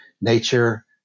Nature